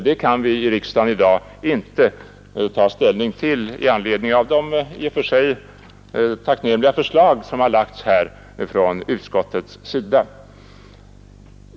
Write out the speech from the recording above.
Detta kan vi i riksdagen i dag inte ta ställning till med ledning av det i och för sig tacknämliga förslag som utskottet framlagt.